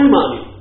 money